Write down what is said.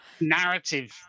narrative